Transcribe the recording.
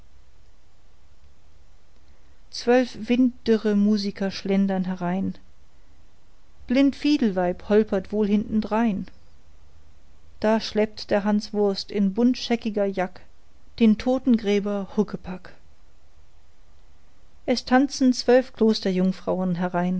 zwölf winddürre musiker schlendern herein blind fiedelweib holpert wohl hintendrein da schleppt der hanswurst in buntscheckiger jack den totengräber huckepack es tanzen zwölf